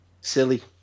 Silly